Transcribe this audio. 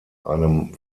einem